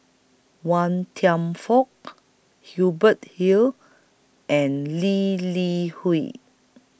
Wan Kam Fook Hubert Hill and Lee Li Hui